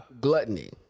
gluttony